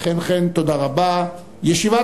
תהיה בשיתוק מלא